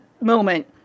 moment